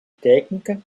técnica